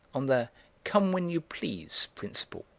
on the come when you please principle,